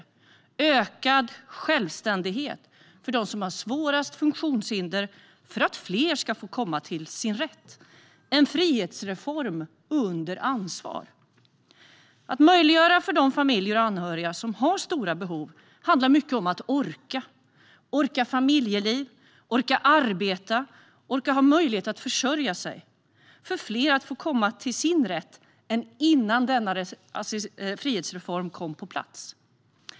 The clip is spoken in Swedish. Den syftar till att ge ökad självständighet för dem med svårast funktionshinder för att fler ska få komma till sin rätt. Det är en frihetsreform under ansvar. För familjer och anhöriga till personer med stora behov handlar mycket om att orka - orka med familjeliv, orka arbeta, orka ha möjlighet att försörja sig. Assistansreformen syftar till att möjliggöra för fler att komma till sin rätt än vad som var fallet innan denna frihetsreform kom på plats.